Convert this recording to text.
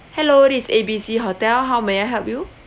hello is A B C hotel how may I help you